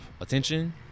attention